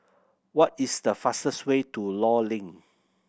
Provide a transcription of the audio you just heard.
what is the fastest way to Law Link